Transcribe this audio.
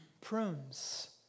prunes